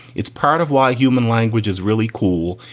it's part of why human language is really cool.